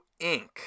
Inc